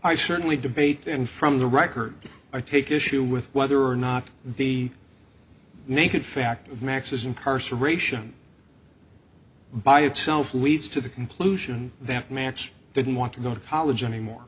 i certainly debate and from the record or take issue with whether or not to be naked fact of max's incarceration by itself weeds to the completion that match didn't want to go to college anymore